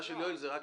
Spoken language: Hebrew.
לאלה הקיימים כיום